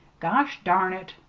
gosh darn it!